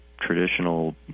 traditional